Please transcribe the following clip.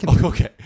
Okay